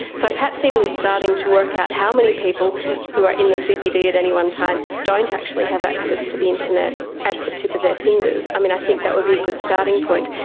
so perhaps even starting to work out how many people who are in the cbd at any one time don't actually have access to the internet at the tip of their fingers, i mean, i think that would be a good starting point,